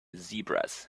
zebras